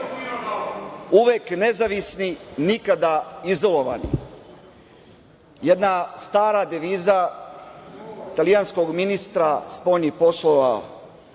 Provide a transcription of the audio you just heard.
uvek nezavisni, nikada izolovani. Jedna stara deviza italijanskog ministra spoljnih poslova